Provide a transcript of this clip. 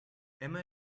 emma